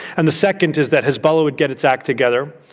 and the second is that hezbollah would get its act together,